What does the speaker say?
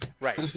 right